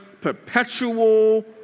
perpetual